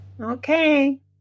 Okay